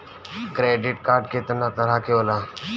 Credit card कितना तरह के होला?